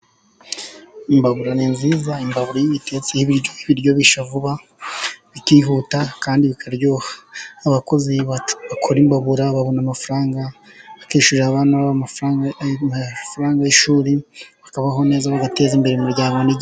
Imbabura ni nziza. imbabura iyo uyitetseho ibiryo bishya vuba, bikihuta kandi bikaryoha. Abakozi bakora imbabura babona amafaranga bakishyurira abana babo amafaranga y'ishuri, bakabaho neza, bagateza imbere umuryango ni...